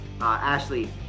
ashley